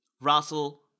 Russell